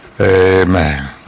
Amen